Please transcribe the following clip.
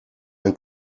ein